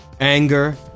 anger